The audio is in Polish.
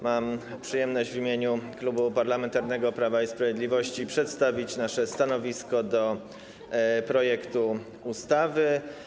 Mam przyjemność w imieniu Klubu Parlamentarnego Prawo i Sprawiedliwość przedstawić stanowisko wobec projektu ustawy.